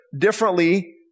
differently